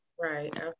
Right